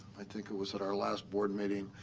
i think it was at our last board meeting,